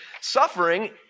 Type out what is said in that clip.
suffering